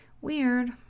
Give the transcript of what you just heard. weird